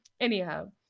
Anyhow